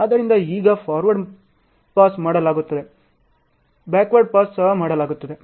ಆದ್ದರಿಂದ ಈಗ forward pass ಮಾಡಲಾಗುತ್ತದೆ ಬ್ಯಾಕ್ವರ್ಡ್ ಪಾಸ್ ಸಹ ಮಾಡಲಾಗುತ್ತದೆ